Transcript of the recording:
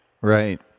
Right